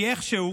כי איכשהו